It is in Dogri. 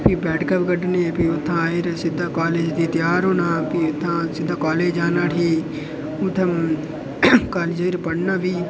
भी बैठकां बी कड्ढने ते उत्थां आइयै सिद्धा कालेज गी त्यार होना भी उत्थूं आइयै कालेज जाना उठी उत्थै कालेज जाइयै पढ़ना भी